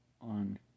on